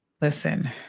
listen